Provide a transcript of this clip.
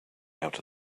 out